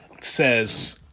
says